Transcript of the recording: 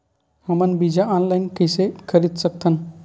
हमन बीजा ऑनलाइन कइसे खरीद सकथन?